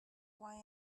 why